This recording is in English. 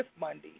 Monday